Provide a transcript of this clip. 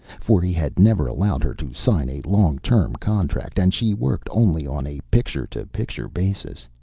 for he had never allowed her to sign a long-term contract and she worked only on a picture-to-picture basis.